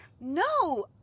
No